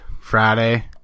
Friday